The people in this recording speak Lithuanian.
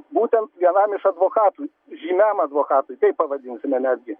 būtent vienam iš advokatų žymiam advokatui taip pavadinsime netgi